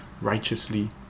righteously